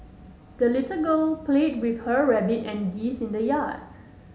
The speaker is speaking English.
the little girl played with her rabbit and geese in the yard